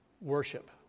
Worship